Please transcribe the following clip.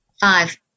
five